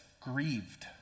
grieved